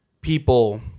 people